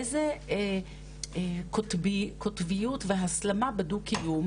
איזה קוטביות והסלמה בדו-קיום,